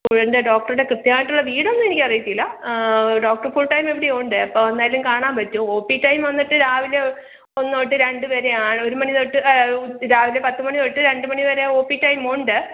ഇപ്പോഴെന്താണ് ഡോക്ടറുടെ കൃത്യമായിട്ടുള്ള വീടൊന്നും എനിക്ക് അറിയില്ല ഡോക്ടർ ഫുള് ടൈം ഇവിടെ ഉണ്ട് എപ്പം വന്നാലും കാണാൻ പറ്റും ഒ പി ടൈം വന്നിട്ട് രാവിലെ ഒന്ന് തൊട്ട് രണ്ട് വരെയാണ് ഒരു മണി തൊട്ട് രാവിലെ പത്ത് മണി തൊട്ട് രണ്ട് മണി വരെ ഒ പി ടൈം ഉണ്ട്